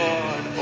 Lord